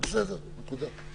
בסדר, נקודה.